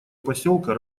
поселка